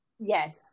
yes